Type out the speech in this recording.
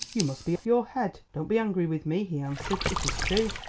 you must be off your head. don't be angry with me, he answered. it is true.